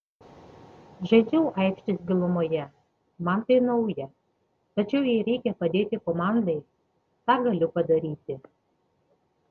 žaidžiau aikštės gilumoje man tai nauja tačiau jei reikia padėti komandai tą galiu padaryti